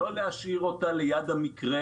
לא להשאיר אותה ליד המקרה,